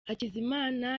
hakizimana